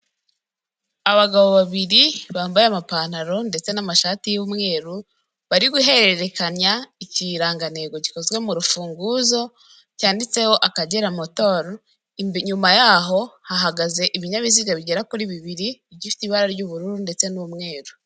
Abagabo babiri bambaye amapantaro ndetse n'amashati y'umweru, bari guhererekanya ikirangantego gikozwe mu rufunguzo, cyanditseho akagera motoro inyuma yabo hahagaze ibinyabiziga bigera kuri bibiri, bifite ibara ry'ubururu ndetse n'umweru.